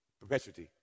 Perpetuity